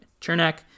Chernak